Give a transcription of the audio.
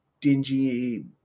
dingy